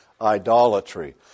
idolatry